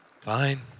Fine